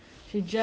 um